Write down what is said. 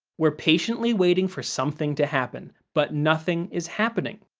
we're patiently waiting for something to happen, but nothing is happening.